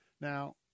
Now